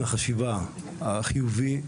החשיבה החיובית,